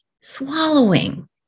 swallowing